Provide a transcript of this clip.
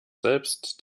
selbst